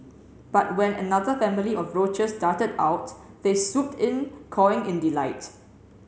but when another family of roaches darted out they swooped in cawing in delight